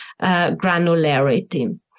granularity